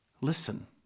Listen